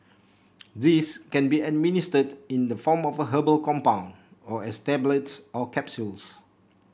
these can be administered in the form of a herbal compound or as tablets or capsules